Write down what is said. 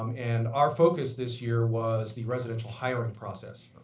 um and our focus this year was the residential hiring process.